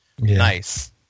nice